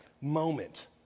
moment